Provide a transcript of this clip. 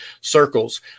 circles